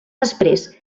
després